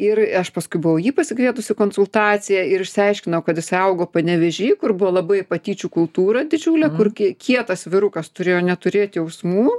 ir aš paskui buvau jį pasikvietusi į konsultaciją ir išsiaiškinau kad jisai augo panevėžy kur buvo labai patyčių kultūra didžiulė kur kė kietas vyrukas turėjo neturėt jausmų